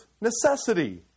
necessity